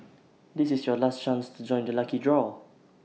this is your last chance to join the lucky draw